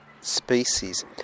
species